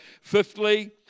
Fifthly